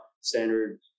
Standard